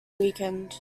weakened